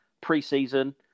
pre-season